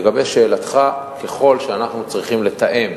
לגבי שאלתך, ככל שאנחנו צריכים לתאם